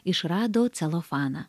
išrado celofaną